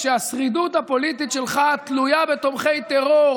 כשהשרידות הפוליטית שלך תלויה בתומכי טרור,